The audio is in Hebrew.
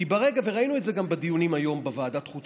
ראינו את זה גם בדיונים היום בוועדת חוץ